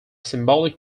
symbolic